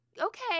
okay